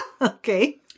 Okay